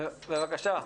בבקשה.